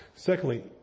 Secondly